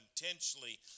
intentionally